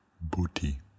Booty